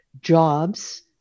jobs